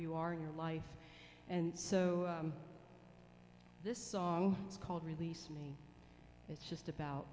you are in your life and so this song is called release me it's just about